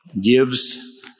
gives